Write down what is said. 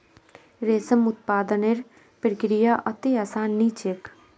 रेशम उत्पादनेर प्रक्रिया अत्ते आसान नी छेक